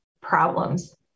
problems